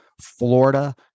Florida